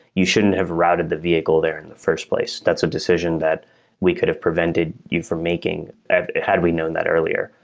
you shouldn't have routed the vehicle there and the first place. that's a decision that we could have prevented you from making had we known that earlier.